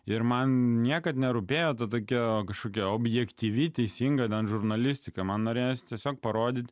ir man niekad nerūpėjo ta tokia kažkokia objektyvi teisinga ten žurnalistika man norėjosi tiesiog parodyti